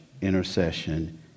intercession